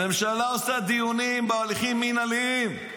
הממשלה עושה דיונים בהליכים מינהליים.